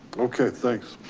okay. thanks.